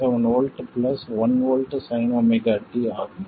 7 V plus 1V sinωt ஆகும்